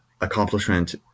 accomplishment